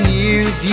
years